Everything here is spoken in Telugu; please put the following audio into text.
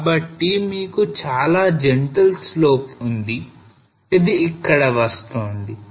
కాబట్టి మీకు చాలా gentle slope ఉంది ఇది ఇక్కడ వస్తోంది